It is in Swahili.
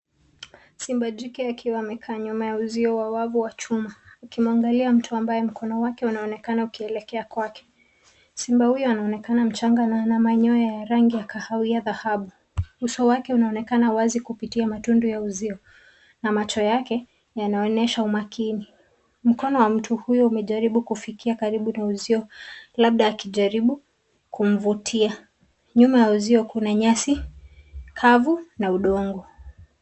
Simba jike akiwa amekaa nyuma ya uzio wa wavu wa chuma, akimwangalia mtu ambaye mkono wake unaonekana ukielekea kwake. Simba huyo anaonekana mchanga na ana manyoya ya rangi ya kahawia-dhahabu. Uso wake unaonekana wazi kupitia matundu ya uzio na macho yake yanaonyesha umakini. Mkono wa mtu huyo umejaribu kufikia karibu na uzio, labda akijaribu kumvutia. Nyuma ya uzio kuna nyasi kavu na udongo.